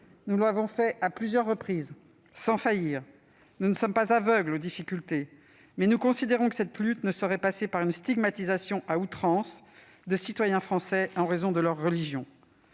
Nous l'avons fait à plusieurs reprises sans faillir. Nous ne sommes pas aveugles aux difficultés, mais nous considérons que cette lutte ne saurait passer par une stigmatisation à outrance de citoyens français en raison de leur religion.